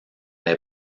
les